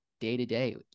day-to-day